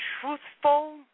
truthful